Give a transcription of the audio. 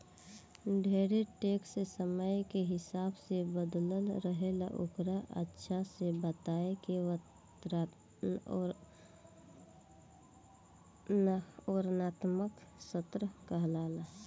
ढेरे टैक्स समय के हिसाब से बदलत रहेला ओकरे अच्छा से बताए के वर्णात्मक स्तर कहाला